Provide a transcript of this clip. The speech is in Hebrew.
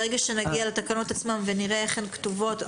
ברגע שנגיע לתקנות עצמן ונראה איך הן כתובות,